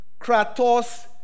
Kratos